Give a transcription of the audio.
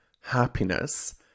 happiness